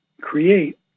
create